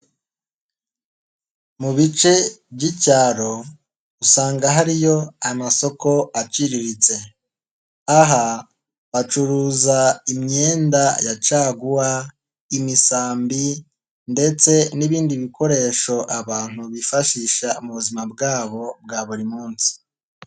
Mu bice by'icyaro usanga hariyo amasoko aciriritse .Aha bacuruza imyenda ya caguwa ,imisambi ndetse n'ibindi bikoresho abantu bifashisha mu buzima bwabo bwa buri munsi.